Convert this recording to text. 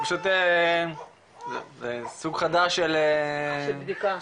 זה פשוט זה סוג חדש של בדיקה.